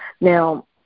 Now